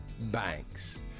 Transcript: banks